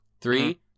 Three